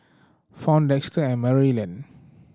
Fount Dexter and Maryellen